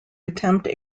attempt